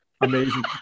amazing